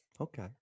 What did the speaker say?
Okay